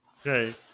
Okay